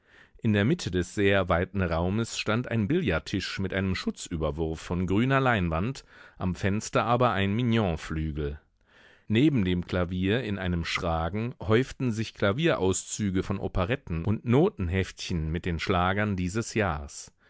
in der mitte des sehr weiten raumes stand ein billardtisch mit einem schutzüberwurf von grüner leinwand am fenster aber ein mignonflügel neben dem klavier in einem schragen häuften sich klavierauszüge von operetten und notenheftchen mit den schlagern dieses jahrs